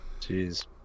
Jeez